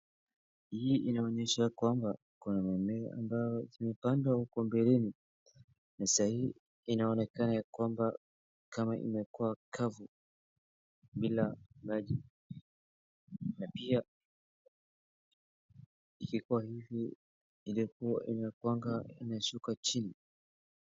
Hii inaonyesha kwamba kuna mimea ambao imepandwa uko mbeleni, na sahii inaonekanaya kwamba kama imekuwa kavu bila maji, na pia ikikuwa hivi inakuwanga imeshuka chini.